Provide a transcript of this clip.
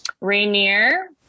Rainier